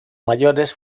mayores